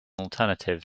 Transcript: alternative